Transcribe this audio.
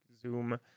zoom